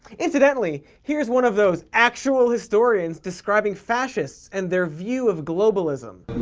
incidentally, here's one of those actual historians describing fascists and their view of globalism